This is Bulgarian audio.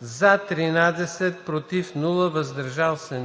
без „против“ и „въздържал се“,